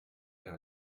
air